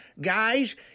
guys